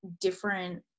different